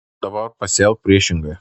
dabar pasielk priešingai